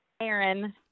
Aaron